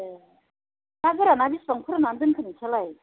ए ना गोराना बेसेबां फोरान्नानै दोनखो नोंस्रालाय